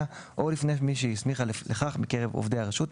או לפני מי שהיא הסמיכה לכך מקרב עובדי הרשות,